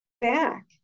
back